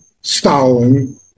Stalin